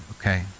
Okay